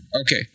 Okay